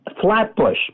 Flatbush